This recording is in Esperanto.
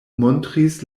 montris